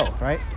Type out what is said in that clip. right